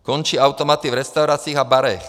Končí automaty v restauracích a barech.